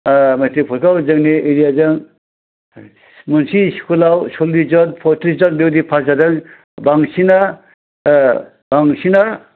matric परिक्खायाव जोंनि एरियाजों मोनसे स्कुलाव सल्लिस जोन पयथ्रिस जोन बेबायदि पास जादों बांसिना बांसिना